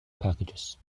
packages